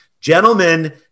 Gentlemen